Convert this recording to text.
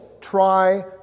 try